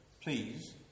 please